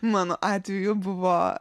mano atveju buvo